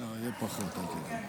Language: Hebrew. יהיה פחות, אל תדאג.